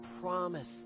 promise